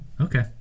Okay